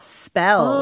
spell